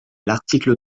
l’article